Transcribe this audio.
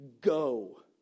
go